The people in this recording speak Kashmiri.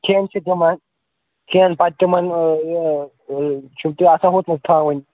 کھٮ۪ن چھُ تِمن کھٮ۪ن پتہٕ تِمن چھِم تہِ آسن ہوٚتھ منٛز تھاوٕنۍ